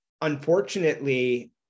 unfortunately